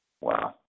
Wow